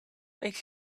makes